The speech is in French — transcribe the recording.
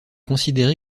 considéré